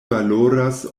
valoras